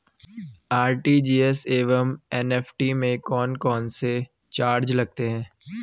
RTGS एवं NEFT में कौन कौनसे चार्ज लगते हैं?